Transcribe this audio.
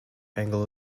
anglo